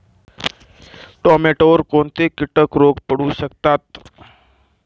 टोमॅटोवर कोणते किटक रोग पडू शकतात?